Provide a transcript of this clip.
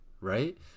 right